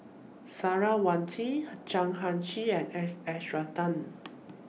Sarah Chan Heng Chee and S S Ratnam